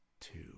two